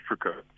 africa